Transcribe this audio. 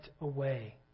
away